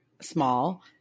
small